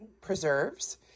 preserves